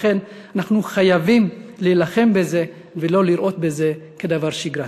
לכן אנחנו חייבים להילחם בזה ולא לראות בזה דבר שגרתי.